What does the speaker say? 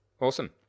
Awesome